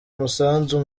umusanzu